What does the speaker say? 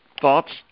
thoughts